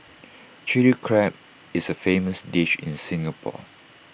Chilli Crab is A famous dish in Singapore